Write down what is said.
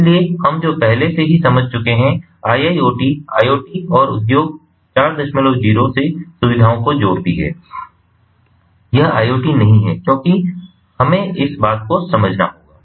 इसलिए हम जो पहले से ही समझ चुके हैं IIoT IoT और उद्योग 40 से सुविधाओं को जोड़ती है यह IoT नहीं है क्योंकि हमें इस बात को समझना होगा